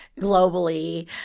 globally